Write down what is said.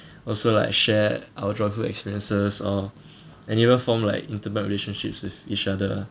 also like share our joyful experiences or and you will form like intimate relationships with each other